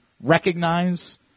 recognize